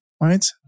right